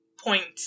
point